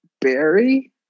Barry